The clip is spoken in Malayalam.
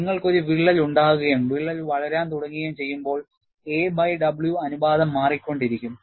നിങ്ങൾക്ക് ഒരു വിള്ളൽ ഉണ്ടാകുകയും വിള്ളൽ വളരാൻ തുടങ്ങുകയും ചെയ്യുമ്പോൾ a ബൈ w അനുപാതം മാറിക്കൊണ്ടിരിക്കും